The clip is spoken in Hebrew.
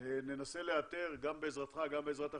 אנחנו ננסה, גם בעזרתך וגם בעזרת אחרים,